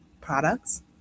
products